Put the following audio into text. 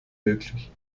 möglich